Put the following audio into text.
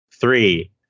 Three